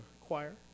choir